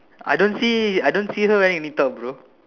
I don't see I don't see her wearing intimate bro